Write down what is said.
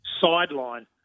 sideline